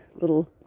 little